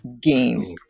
games